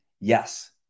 Yes